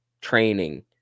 training